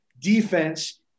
defense